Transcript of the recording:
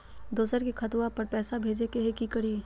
दोसर के खतवा पर पैसवा भेजे ले कि करिए?